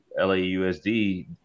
LAUSD